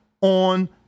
on